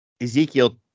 Ezekiel